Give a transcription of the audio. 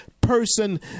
person